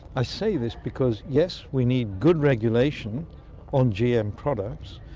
i say this because, yes, we need good regulation on gm products,